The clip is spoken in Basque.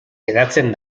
hedatzen